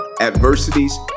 adversities